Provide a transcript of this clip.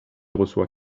reçoit